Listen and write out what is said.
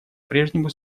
прежнему